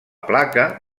placa